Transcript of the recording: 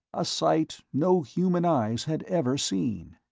a sight no human eyes had ever seen.